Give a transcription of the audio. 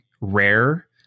rare